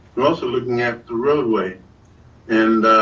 we're also looking at the roadway and